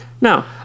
Now